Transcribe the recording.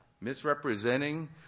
misrepresenting